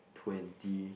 twenty